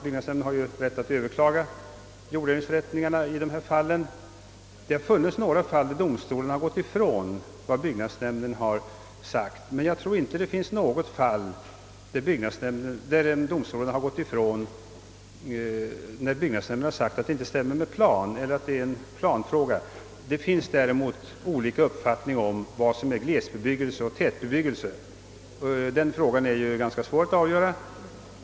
Byggnadsnämnden har rätt att överklaga jorddelningsförrättningar i vissa fall, och det har hänt att domstolarna har gått ifrån vad byggnadsnämnden sagt, men jag tror inte att det har inträffat i något fall där byggnadsnämnden förklarat att det inte stämmer med planen, d.v.s. där det gällt en planfråga. Däremot finns det olika uppfattningar om vad som är glesrespektive tätbebyggelse. Det är ju en ganska svår sak att avgöra.